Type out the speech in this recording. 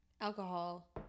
alcohol